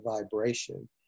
vibration